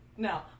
No